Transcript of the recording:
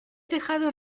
dejado